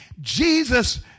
Jesus